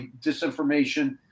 disinformation